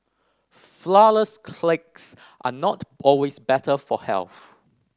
flour less are not always better for health